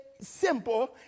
simple